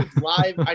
live